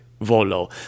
volo